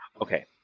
okay